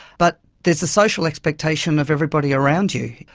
but there's a social expectation of everybody around you.